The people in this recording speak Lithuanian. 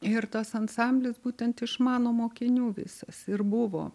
ir tas ansamblis būtent iš mano mokinių visas ir buvo